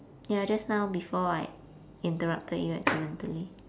ya just now before I interrupted you accidentally